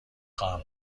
خواهم